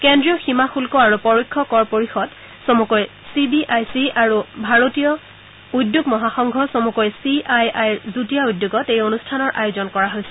কেন্দ্ৰীয় সীমা শুল্ধ আৰু পৰোক্ষ কৰ পৰিষদ চমুকৈ চি বি আই চি আৰু ভাৰতীয় উদ্যোগ মহাসংঘ চমুকৈ চি আই আইৰ যুটীয়া উদ্যোগত এই অনুষ্ঠানত আয়োজন কৰা হৈছে